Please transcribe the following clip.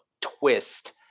twist